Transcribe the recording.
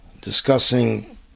discussing